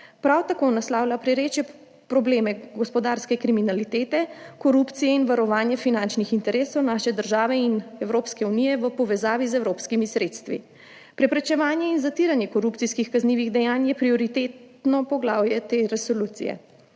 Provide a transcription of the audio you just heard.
Prav tako naslavlja pereče probleme gospodarske kriminalitete, korupcije in varovanja finančnih interesov naše države in Evropske unije v povezavi z evropskimi sredstvi. Preprečevanje in zatiranje korupcijskih kaznivih dejanj je prioritetno poglavje te resolucije.